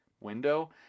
window